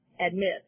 admit